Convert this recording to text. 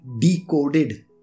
decoded